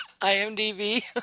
IMDb